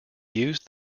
used